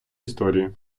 історії